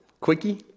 quickie